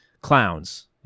clowns